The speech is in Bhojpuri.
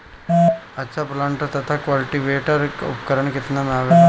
अच्छा प्लांटर तथा क्लटीवेटर उपकरण केतना में आवेला?